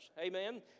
Amen